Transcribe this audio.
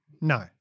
No